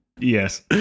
Yes